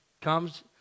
comes